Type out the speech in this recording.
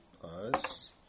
plus